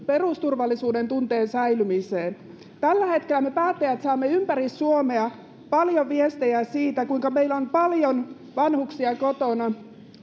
perusturvallisuuden tunteen säilymiseen tällä hetkellä me päättäjät saamme ympäri suomea paljon viestejä siitä kuinka meillä on paljon vanhuksia kotona